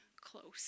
close